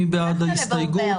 מי בעד ההסתייגות?